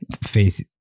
face